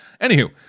Anywho